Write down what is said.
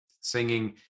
singing